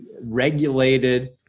regulated